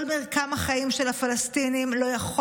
כל מרקם החיים של הפלסטינים לא יכול